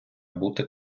бути